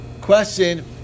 question